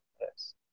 Yes